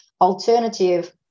alternative